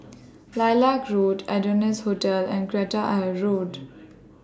Lilac Road Adonis Hotel and Kreta Ayer Road